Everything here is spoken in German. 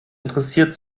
interessiert